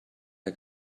der